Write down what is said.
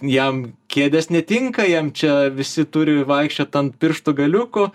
jam kėdės netinka jam čia visi turi vaikščiot ant pirštų galiukų